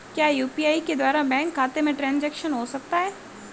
क्या यू.पी.आई के द्वारा बैंक खाते में ट्रैन्ज़ैक्शन हो सकता है?